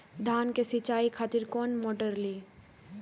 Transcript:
धान के सीचाई खातिर कोन मोटर ली?